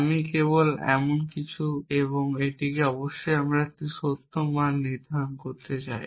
আমি কেবল এটি কিছু এবং সেখানে আমি অবশ্যই একটি সত্য মান নির্ধারণ করতে চাই